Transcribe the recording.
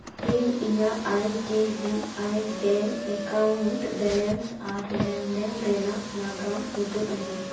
ᱤᱧ ᱤᱧᱟᱹᱜ I D B I bank account balance ᱟᱨ ᱞᱮᱱᱫᱮᱱ ᱨᱮᱱᱟᱜ ᱱᱟᱜᱟᱢ ᱩᱫᱩᱜ ᱟᱹᱧ ᱢᱮ